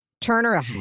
turner